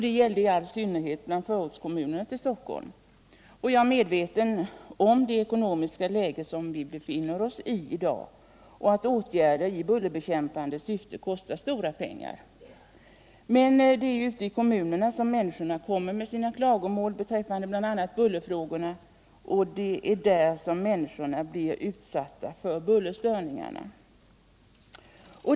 Detta gällde i all synnerhet bland förortskommunerna till Stockholm. Jag är medveten om det ekonomiska läge vi befinner oss i i dag och att åtgärder i bullerbekämpande syfte kostar stora pengar. Men det är ute i kommunerna som människorna kommer med sina klagomål beträffande bullerfrågorna, och det är där människorna blir utsatta för bullerstörningar.